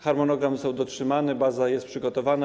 Harmonogram został dotrzymany, baza jest przygotowana.